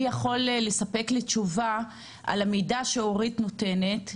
מי יכול לספק לי תשובה על המידע שאורית נותנת,